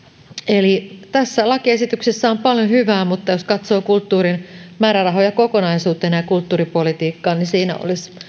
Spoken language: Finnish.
eli tässä lakiesityksessä on paljon hyvää mutta jos katsoo kulttuurin määrärahoja ja kulttuuripolitiikkaa kokonaisuutena siinä olisi